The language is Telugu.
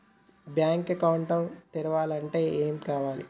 బ్యాంక్ అకౌంట్ తెరవాలంటే ఏమేం కావాలి?